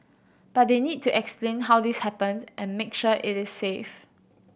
but they need to explain how this happened and make sure it is safe